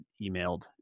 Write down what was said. emailed